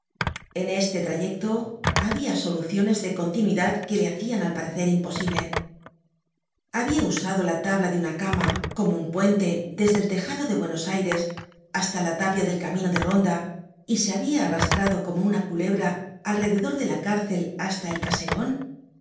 en este trayecto habia soluciones de continuidad que le hacian al parecer imposible habia usado la tabla de una cama como un puen te desde el tejado de buenos aires hasta la tapia del camiuo de ronda y se habia arrastrado como una culebra alrededor de la cárcel hasta el caseron